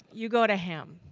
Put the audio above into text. you go to him.